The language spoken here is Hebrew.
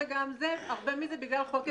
וגם הרבה מזה בגלל חוק אזורים ימיים.